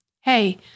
Hey